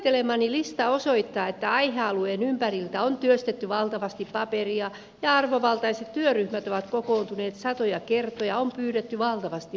luettelemani lista osoittaa että aihealueen ympäriltä on työstetty valtavasti paperia ja arvovaltaiset työryhmät ovat kokoontuneet satoja kertoja on pyydetty valtavasti lausuntoja